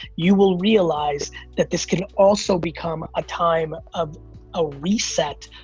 you will realize that this can also become a time of a reset,